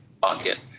bucket